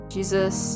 Jesus